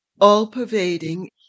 all-pervading